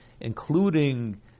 including